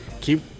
keep